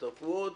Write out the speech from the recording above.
שיצטרפו עוד,